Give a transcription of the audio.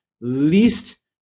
least